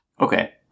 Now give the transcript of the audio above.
Okay